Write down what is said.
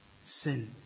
sin